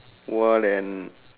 !wah! then